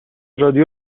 رادیو